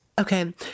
Okay